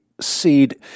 seed